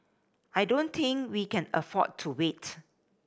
I don't think we can afford to wait